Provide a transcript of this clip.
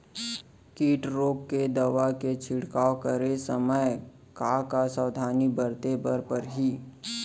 किट रोके के दवा के छिड़काव करे समय, का का सावधानी बरते बर परही?